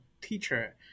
teacher